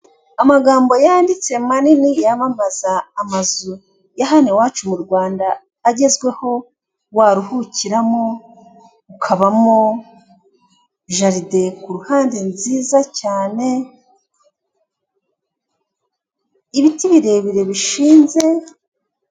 Amagambo yanditse manini yamamaza amazu ya hano iwacu mu Rwanda, agezweho waruhukiramo ukabamo, jaride kuruhande nziza cyane, ibiti birebire bishinze.